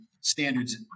standards